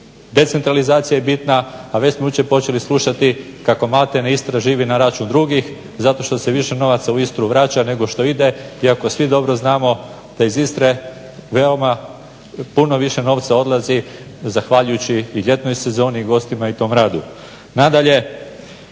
decentralizacija je bitno, a već smo jučer počeli slušati kako malte ne Istra živi na račun drugih zato što se više novaca u Istru vraća nego što ide iako svi dobro znamo da iz Istre puno više novca odlazi zahvaljujući i ljetnoj sezoni, gostima i tom radom.